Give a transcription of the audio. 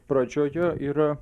pradžioje yra